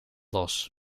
los